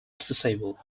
accessible